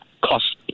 cost